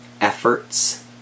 efforts